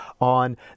on